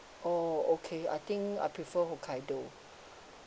oh okay I think I prefer hokkaido